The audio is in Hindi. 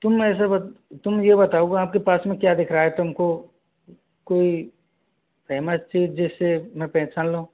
तुम मेरे से बत तुम ये बताओ कि आपके पास में क्या दिख रहा है तुमको कोई फेमस चीज जिससे मैं पहचान लूँ